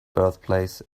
birthplace